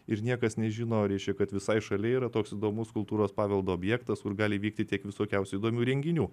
ir niekas nežino reiškia kad visai šalia yra toks įdomus kultūros paveldo objektas kur gali vykti tiek visokiausių įdomių renginių